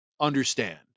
understand